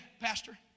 pastor